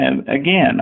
Again